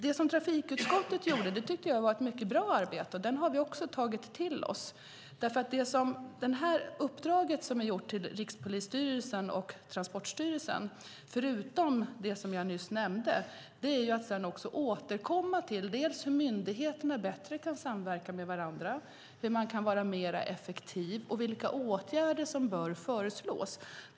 Det som trafikutskottet gjorde tycker jag var ett mycket bra arbete. Det har vi också tagit till oss. Uppdraget som har lämnats till Rikspolisstyrelsen och Transportstyrelsen är, förutom det jag nyss nämnde, att återkomma till dels hur myndigheterna bättre kan samverka med varandra, hur man kan vara mer effektiv, dels vilka åtgärder som bör föreslås.